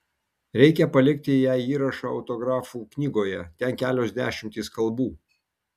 reikia palikti jai įrašą autografų knygoje ten kelios dešimtys kalbų